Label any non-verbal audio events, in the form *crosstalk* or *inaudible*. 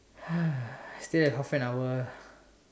*noise* still have half an hour